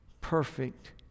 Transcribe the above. perfect